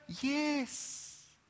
Yes